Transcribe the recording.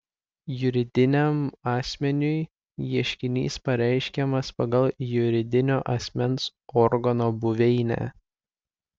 juridiniam asmeniui ieškinys pareiškiamas pagal juridinio asmens organo buveinę